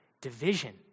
division